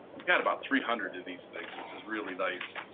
we've got about three hundred of these things which is really nice,